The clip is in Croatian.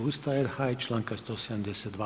Ustava RH i članka 172.